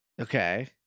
Okay